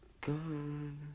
gone